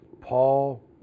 Paul